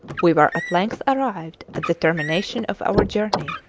we were at length arrived at the termination of our journey,